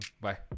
Bye